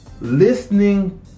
listening